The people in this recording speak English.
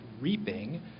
reaping